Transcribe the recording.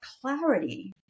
clarity